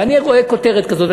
ואני רואה כותרת כזאת,